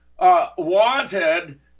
Wanted